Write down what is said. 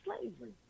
slavery